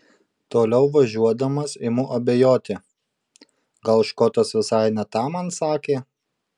toliau važiuodamas imu abejoti gal škotas visai ne tą man sakė